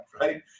right